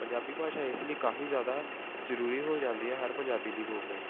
ਪੰਜਾਬੀ ਭਾਸ਼ਾ ਇਸ ਲਈ ਕਾਫੀ ਜ਼ਿਆਦਾ ਜ਼ਰੂਰੀ ਹੋ ਜਾਂਦੀ ਹੈ ਹਰ ਪੰਜਾਬੀ ਲਈ ਬੋਲਣੀ